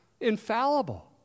infallible